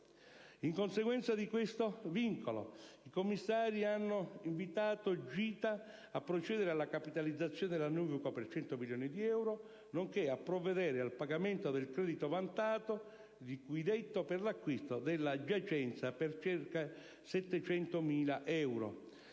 In conseguenza di questo vincolo, i commissari hanno invitato GITA a procedere alla capitalizzazione della *newco* per 100 milioni di euro, nonché a provvedere al pagamento del credito vantato, di cui ho detto, per l'acquisto della giacenza per circa 700.000 euro.